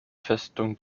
festung